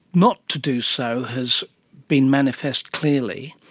not to do so has been manifest clearly,